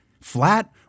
flat